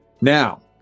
Now